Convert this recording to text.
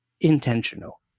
intentional